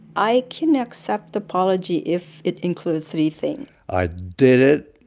i can accept the apology if it includes three thing i did it.